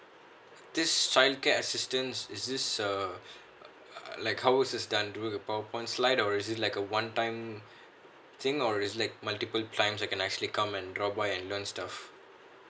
this childcare assistants is this uh like how was it done during a powerpoint slide or is it like a one time thing or is it like multiple times I can actually come and drop by and learn stuff